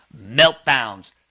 meltdowns